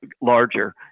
larger